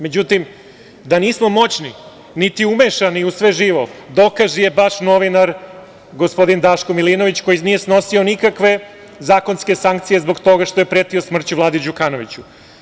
Međutim, da nismo moćni, niti umešani u sve živo dokaz je baš novinar gospodin Daško Milinović koji nije snosio nikakve zakonske sankcije zbog toga što je pretio smrću Vladi Đukanoviću.